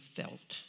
felt